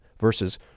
versus